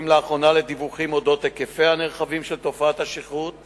לאחרונה אנו עדים לדיווחים על אודות היקפיה הנרחבים של תופעת השכרות